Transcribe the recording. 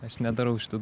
aš nedarau šitų